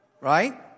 right